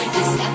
Cause